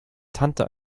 tante